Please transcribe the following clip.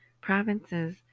provinces